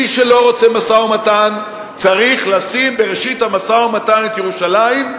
מי שלא רוצה משא-ומתן צריך לשים בראשית המשא-ומתן את ירושלים,